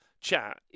chat